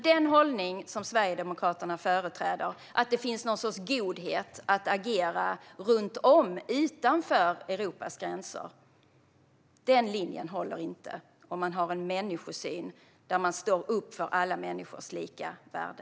Den linje som Sverigedemokraterna företräder, att det finns någon sorts godhet i att agera runt om, utanför Europas gränser, håller inte om man har en människosyn där man står upp för alla människors lika värde.